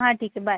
हां ठीक आहे बाय